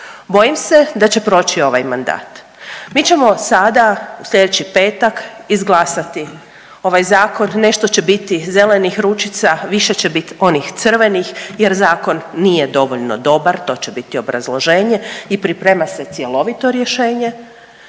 Bojim se da će proći ovaj mandat. Mi ćemo sada, u sljedeći petak izglasati ovaj Zakon, nešto će biti zelenih ručica, više će bit onih crvenih jer zakon nije dovoljno dobar, to će biti obrazloženje i priprema se cjelovito rješenje.